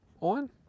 on